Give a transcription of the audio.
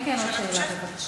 כן, כן, עוד שאלה, בבקשה.